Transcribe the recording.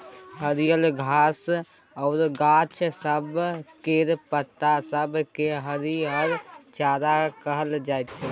हरियर घास आ गाछ सब केर पात सब केँ हरिहर चारा कहल जाइ छै